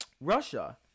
Russia